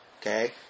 Okay